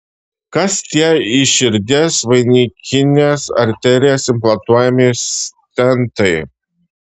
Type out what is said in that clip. kas tie į širdies vainikines arterijas implantuojami stentai